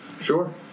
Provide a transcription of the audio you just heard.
Sure